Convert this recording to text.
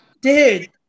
dude